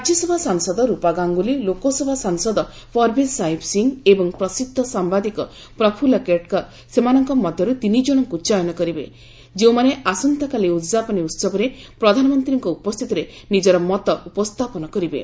ରାଜ୍ୟସଭା ସାଂସଦ ରୂପା ଗାଙ୍ଗୁଲି ଲୋକସଭା ସାଂସଦ ପରଭେଷ ସାହିବ ସିଂହ ଏବଂ ପ୍ରସିଦ୍ଧ ସାମ୍ଧାଦିକ ପ୍ରଫୁଲ କେଟ୍କର୍ ସେମାନଙ୍କ ମଧ୍ୟରୁ ତିନି ଜଣଙ୍କୁ ଚୟନ କରିବେ ଯେଉଁମାନେ ଆସନ୍ତାକାଲି ଉଦ୍ଯାପନୀ ଉହବରେ ପ୍ରଧାନମନ୍ତ୍ରୀଙ୍କ ଉପସ୍ଥିତିରେ ନିଜର ମତ ଉପସ୍ଥାପନ କରିବେ